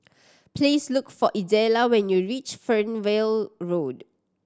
please look for Idella when you reach Fernvale Road